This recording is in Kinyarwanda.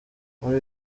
muri